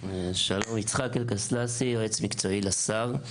שלום, אני יצחק אלקסלסי, יועץ מקצועי לשר.